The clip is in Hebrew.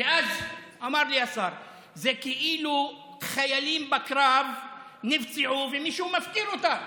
ואז אמר לי השר: זה כאילו חיילים בקרב נפצעו ומישהו מפקיר אותם.